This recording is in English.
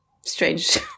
strange